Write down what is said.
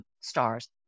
stars